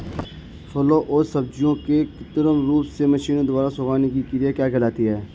फलों एवं सब्जियों के कृत्रिम रूप से मशीनों द्वारा सुखाने की क्रिया क्या कहलाती है?